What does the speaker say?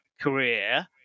career